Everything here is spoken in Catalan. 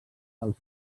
dels